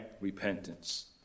repentance